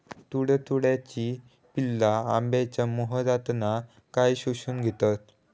तुडतुड्याची पिल्ला आंब्याच्या मोहरातना काय शोशून घेतत?